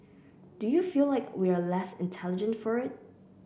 do you feel like we are less intelligent for it